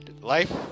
Life